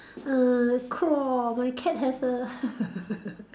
err crawl my cat has a